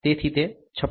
તેથી તે 56